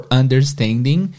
understanding